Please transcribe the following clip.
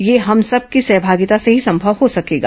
यह सब सहभागिता से ही संभव हो सकेगा